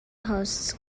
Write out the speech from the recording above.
hosts